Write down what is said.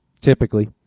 Typically